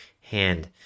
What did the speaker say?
hand